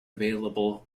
available